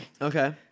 Okay